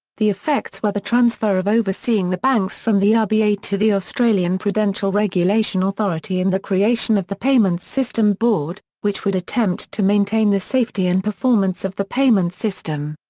the effects were the transfer of overseeing the banks from the ah rba to the australian prudential regulation authority and the creation of the payments system board, which would attempt to maintain the safety and performance of the payments system.